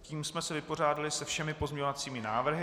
Tím jsme se vypořádali se všemi pozměňovacími návrhy.